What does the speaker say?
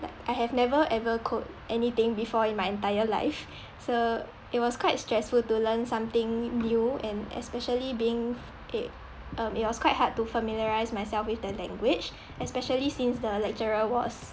like I have never ever code anything before in my entire life so it was quite stressful to learn something new and especially being a um it was quite hard to familiarise myself with the language especially since the lecturer was